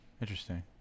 Interesting